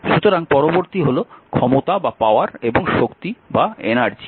সুতরাং পরবর্তী হল ক্ষমতা এবং শক্তি